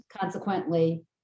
consequently